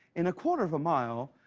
in a quarter of a mile,